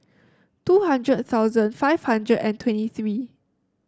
two hundred thousand five hundred and twenty three